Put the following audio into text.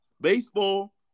Baseball